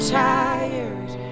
tired